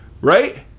right